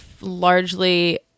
largely